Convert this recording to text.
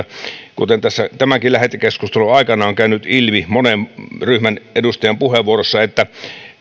kuten tämänkin lähetekeskustelun aikana on käynyt ilmi monen ryhmän edustajan puheenvuorossa että